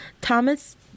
thomas